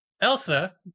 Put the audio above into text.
Elsa